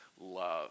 love